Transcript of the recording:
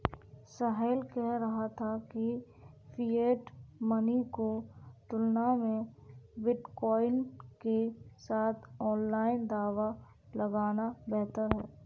साहिल कह रहा था कि फिएट मनी की तुलना में बिटकॉइन के साथ ऑनलाइन दांव लगाना बेहतर हैं